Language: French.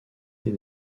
des